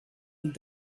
and